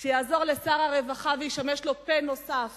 יעזור לשר הרווחה וישמש לו פה נוסף